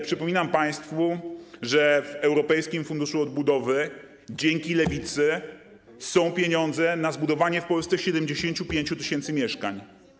Przypominam państwu, że w europejskim funduszu odbudowy są dzięki Lewicy pieniądze na zbudowanie w Polsce 75 tys. mieszkań.